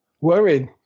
worried